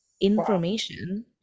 information